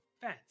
fence